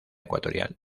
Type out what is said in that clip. ecuatorial